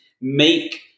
Make